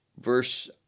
verse